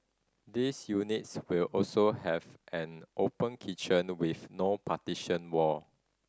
these units will also have an open kitchen with no partition wall